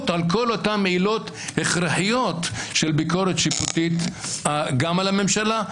על כל אותן עילות הכרחיות של ביקורת שיפוטית גם על הממשלה,